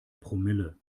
promille